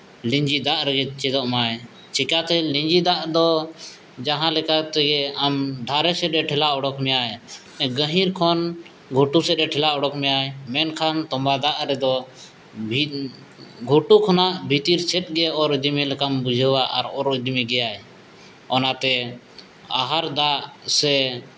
ᱞᱤᱸᱡᱤ ᱫᱟᱜ ᱨᱮᱜᱮᱭ ᱪᱮᱫᱚᱜ ᱢᱟᱭ ᱪᱮᱠᱟᱛᱮ ᱞᱤᱸᱡᱤ ᱫᱟᱜᱫᱚ ᱡᱟᱦᱟᱸᱞᱮᱠᱟ ᱛᱮᱜᱮ ᱟᱢ ᱫᱷᱟᱨᱮ ᱥᱮᱫᱮ ᱴᱷᱮᱞᱟᱣ ᱩᱰᱩᱠ ᱢᱮᱭᱟᱭ ᱜᱟᱹᱦᱤᱨ ᱠᱷᱚᱱ ᱜᱷᱩᱴᱩ ᱥᱮᱫᱮ ᱴᱷᱮᱞᱟᱣ ᱩᱰᱩᱠ ᱢᱮᱭᱟᱭ ᱢᱮᱱᱠᱷᱟᱱ ᱛᱚᱢᱵᱟ ᱫᱟᱜ ᱨᱮᱫᱚ ᱵᱤᱱ ᱜᱷᱩᱴᱩ ᱠᱷᱚᱱᱟᱜ ᱵᱷᱤᱛᱤᱨ ᱥᱮᱫᱜᱮ ᱚᱨ ᱤᱫᱤᱢᱮ ᱞᱮᱠᱟᱢ ᱵᱩᱡᱷᱟᱹᱣᱟ ᱟᱨ ᱚᱨ ᱤᱫᱤᱢᱮ ᱜᱮᱭᱟᱭ ᱚᱱᱟᱛᱮ ᱟᱦᱟᱨ ᱫᱟᱜ ᱥᱮ